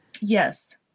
Yes